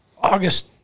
August